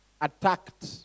attacked